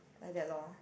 like that lor